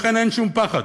לכן אין שום פחד.